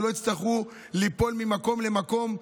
ולא יצטרכו ליפול ממקום למקום,